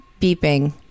beeping